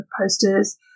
posters